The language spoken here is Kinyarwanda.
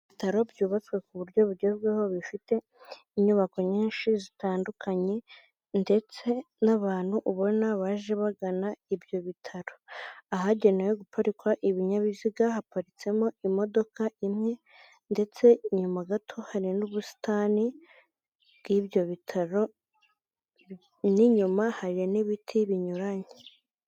Ibitaro byubatswe ku buryo bugezweho bifite inyubako nyinshi zitandukanye ndetse n'abantu ubona baje bagana ibyo bitaro, ahagenewe guparikwa ibinyabiziga haparitsemo imodoka imwe ndetse nyuma gato hari n'ubusitani bw'ibyo bitaro n'inyuma hari n'ibiti binyuranye.